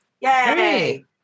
Yay